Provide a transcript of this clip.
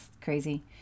crazy